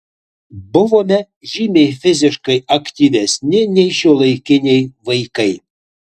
buvome žymiai fiziškai aktyvesni nei šiuolaikiniai vaikai